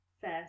first